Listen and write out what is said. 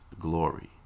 glory